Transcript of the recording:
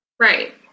Right